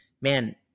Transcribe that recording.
man